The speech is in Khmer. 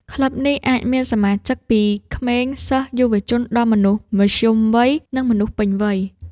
ក្លឹបនេះអាចមានសមាជិកពីក្មេងសិស្ស យុវជន ដល់មនុស្សមធ្យមវ័យ និងមនុស្សពេញវ័យ